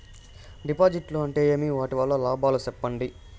డిపాజిట్లు అంటే ఏమి? వాటి వల్ల లాభాలు సెప్పండి?